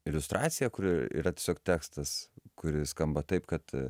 iliustracija kuri yra tiesiog tekstas kuris skamba taip kad